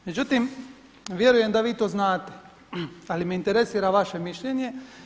Međutim vjerujem da vi to znate ali me interesira vaše mišljenje.